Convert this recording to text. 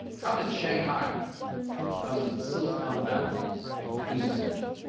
how did shanghai become the silicon valley of clean energy?